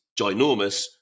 ginormous